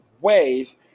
ways